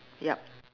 yup